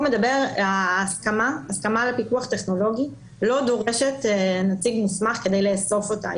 ההסכמה לפיקוח טכנולוגי לא דורשת נציג מוסמך כדי לאסוף אותה.